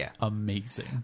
amazing